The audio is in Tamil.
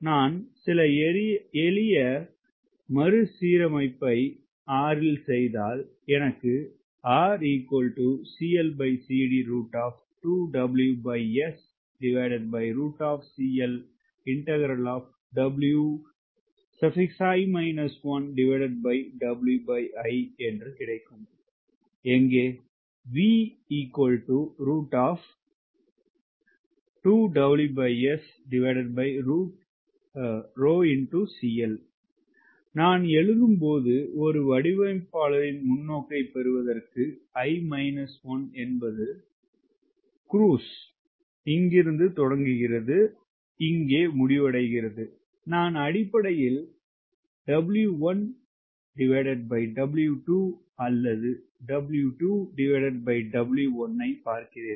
நான் சில எளிய மறுசீரமைப்பைச் R இல் செய்தால் எங்கே நான் எழுதும் போது ஒரு வடிவமைப்பாளரின் முன்னோக்கைப் பெறுவதற்கு என்பது க்ருஸ் இங்கிருந்து தொடங்குகிறது இங்கே முடிவடைகிறது நான் அடிப்படையில் W1 W2 அல்லது W2 W1 ஐ பார்க்கிறேன்